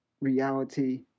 reality